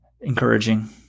encouraging